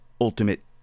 ultimate